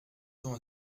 tend